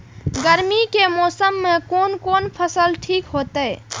गर्मी के मौसम में कोन कोन फसल ठीक होते?